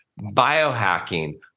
biohacking